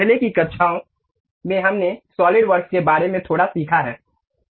पहले की कक्षाओं में हमने सॉलिडवर्क्स के बारे में थोड़ा सीखा है